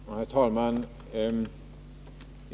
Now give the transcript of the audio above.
Herr talman!